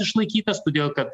išlaikytas todėl kad